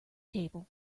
table